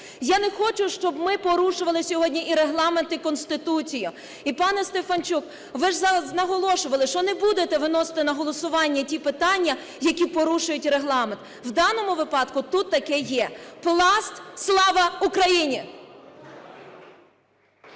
Я не хочу, щоб ми порушували сьогодні, і Регламент, і Конституцію. І, пане Стефанчук, ви зараз наголошували, що не будете виносити на голосування ті питання, як порушують Регламент. У даному випадку тут таке є. Пласт. Слава Україні!